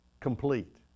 complete